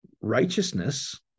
Righteousness